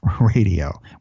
Radio